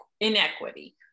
inequity